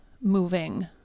moving